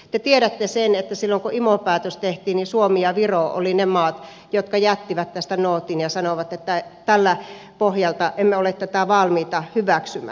te tiedätte sen että silloin kun imo päätös tehtiin niin suomi ja viro olivat ne maat jotka jättivät tästä nootin ja sanoivat että tältä pohjalta emme ole tätä valmiita hyväksymään